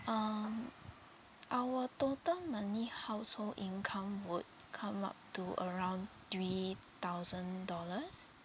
um our total monthly household income would come up to around three thousand dollars